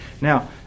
Now